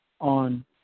on